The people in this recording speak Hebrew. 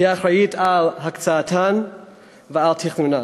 היא אחראית להקצאתן ולתכנונן.